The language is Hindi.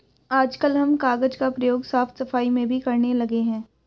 आजकल हम कागज का प्रयोग साफ सफाई में भी करने लगे हैं